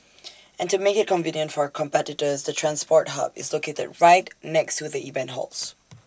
and to make IT convenient for competitors the transport hub is located right next to the event halls